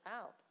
out